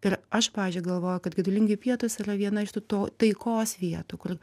ir aš pavyzdžiui galvoju kad gedulingi pietūs yra viena iš tų to taikos vietų kur